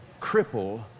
cripple